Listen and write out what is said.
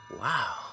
wow